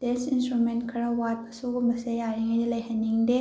test instrument ꯈꯔ ꯋꯥꯠꯄ ꯁꯤꯒꯨꯝꯕꯁꯦ ꯌꯥꯔꯤꯉꯩꯗꯤ ꯂꯩꯍꯟꯅꯤꯡꯗꯦ